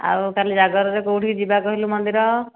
ଆଉ କାଲି ଜାଗରରେ କେଉଁଠି ଯିବା କହିଲୁ ମନ୍ଦିର